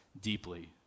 deeply